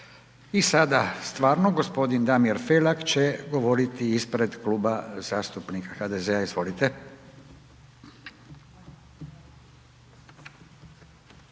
I sada stvarno, g. Damir Felak će govoriti ispred Kluba zastupnika HDZ-a, izvolite.